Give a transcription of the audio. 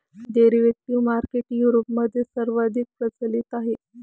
derivative market युरोपमध्ये सर्वाधिक प्रचलित आहे